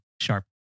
sharp